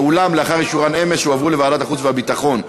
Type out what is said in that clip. ואולם לאחר אישורן אמש הן הועברו לוועדת החוץ והביטחון.